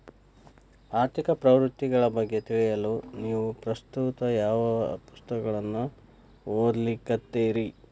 ಆರ್ಥಿಕ ಪ್ರವೃತ್ತಿಗಳ ಬಗ್ಗೆ ತಿಳಿಯಲು ನೇವು ಪ್ರಸ್ತುತ ಯಾವ ಪುಸ್ತಕಗಳನ್ನ ಓದ್ಲಿಕತ್ತಿರಿ?